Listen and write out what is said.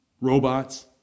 robots